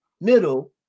middle